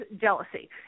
jealousy